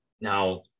Now